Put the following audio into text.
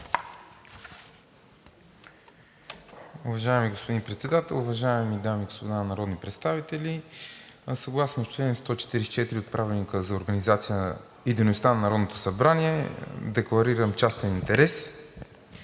Уважаеми господин Председател, уважаеми дами и господа народни представители, съгласно чл. 144 от Правилника за организацията и дейността на Народното събрание декларирам частен интерес.